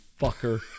fucker